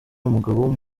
umugabo